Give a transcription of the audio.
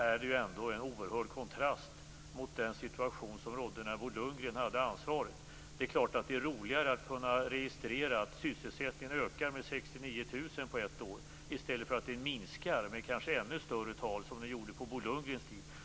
Men det är ändå en oerhörd kontrast mot den situation som rådde när Bo Lundgren hade ansvaret. Det är klart roligare att kunna registrera att sysselsättningen ökat med 69 000 på ett år i stället för minska med kanske ännu större tal, som den gjorde på Bo Lundgrens tid.